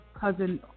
cousin